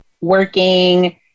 working